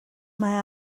mae